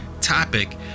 topic